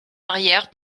arrière